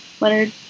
Leonard